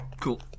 cool